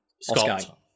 Scott